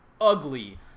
ugly